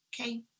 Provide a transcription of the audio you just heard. Okay